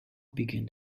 began